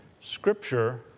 Scripture